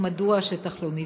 2. מדוע השטח לא נסגר?